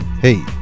Hey